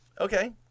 Okay